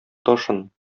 ташын